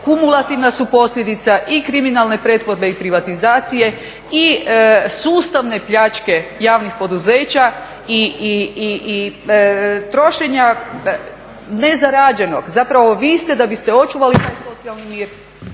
kumulativna su posljedica i kriminalne pretvorbe i privatizacije i sustavne pljačke javnih poduzeća i trošenja ne zarađenog. Zapravo vi ste da biste očuvali taj socijalni mir